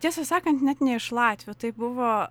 tiesą sakant net ne iš latvių tai buvo